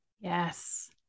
Yes